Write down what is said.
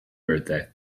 birthday